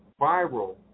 viral